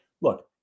look